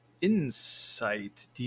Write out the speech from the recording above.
Insight